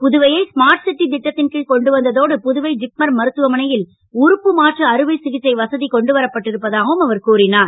புதுவையை smart city திட்டத்தின் கீழ் கொண்டு வந்த தோடு புதுவை ஜிப்மர் மருத்துவமனையில் உறுப்பு மாற்று அருவை சிகிச்சை வசதி கொண்டுவரப்பட்டிருப்பதாகவும் கூறினார்